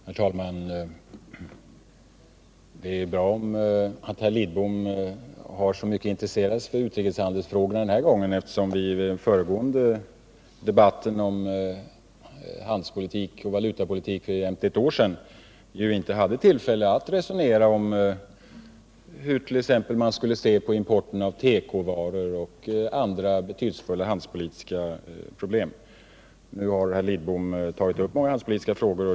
Herr talman! Det är bra att herr Lidbom intresserar sig för utrikeshandelsfrågorna den här gången, eftersom vi ju i debatten om handelspolitik och valutapolitik för jämnt ett år sedan inte hade tillfälle att resonera om hur man borde se på t.ex. importen av tekovaror och andra betydelsefulla handelspolitiska problem. Nu har herr Lidbom tagit upp många handelspolitiska frågor.